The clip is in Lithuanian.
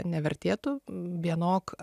nevertėtų vienok